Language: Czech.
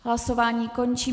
Hlasování končím.